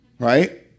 Right